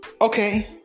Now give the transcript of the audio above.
okay